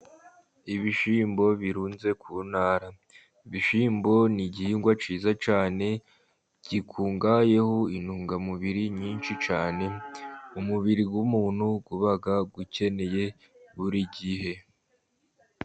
Ibishyimbo birunze ku ntara. Ibishyimbo ni igihingwa cyiza cyane, gikungahaye ku ntungamubiri nyinshi cyane, umubiri w’umuntu uba ukeneye buri gihe.